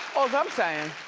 all's i'm sayin'.